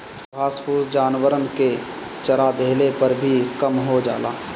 घास फूस जानवरन के चरा देहले पर भी कम हो जाला